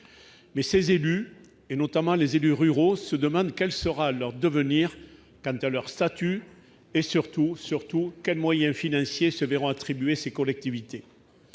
mais ces élus et notamment les élus ruraux se demande quel sera leur devenir quant à leur statut, et surtout, surtout, quels moyens financiers se verront attribuer ces collectivités,